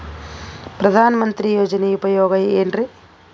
ಪ್ರಧಾನಮಂತ್ರಿ ಯೋಜನೆ ಉಪಯೋಗ ಏನ್ರೀ?